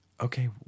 okay